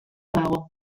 dago